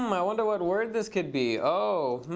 um i wonder what word this could be? o. hmm?